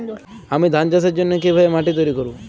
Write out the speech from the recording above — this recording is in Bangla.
আমি ধান চাষের জন্য কি ভাবে মাটি তৈরী করব?